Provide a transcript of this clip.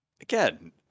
again